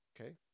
Okay